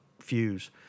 fuse